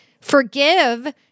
forgive